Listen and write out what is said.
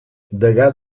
degà